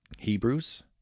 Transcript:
Hebrews